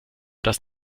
das